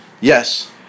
yes